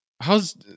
how's